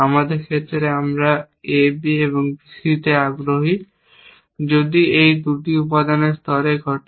আমাদের ক্ষেত্রে আমরা A B এবং B C তে আগ্রহী যদি এই 2টি একটি অনুপাত স্তরে ঘটে